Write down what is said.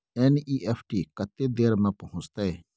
NEFT कत्ते देर में पहुंचतै?